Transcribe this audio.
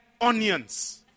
onions